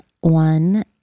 one